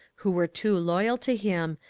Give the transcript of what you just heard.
who were too loyal to him,